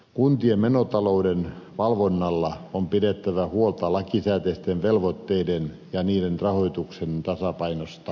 kuntien menotalouden valvonnalla on pidettävä huolta lakisääteisten velvoitteiden ja niiden rahoituksen tasapainosta